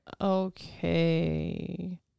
Okay